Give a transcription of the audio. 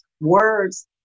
words